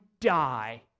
die